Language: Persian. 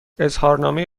اظهارنامه